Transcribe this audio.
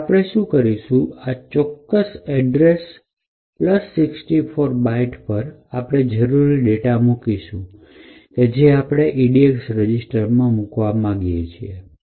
તો હવે આપણે શું કરીશું કે આ ચોક્કસ એડ્રેસ૬૪ બાઈટ પર આપણે જરૂરી ડેટા મુકશુ કે જે આપણે edx રજીસ્ટર માં મૂકવા માંગીએ છીએ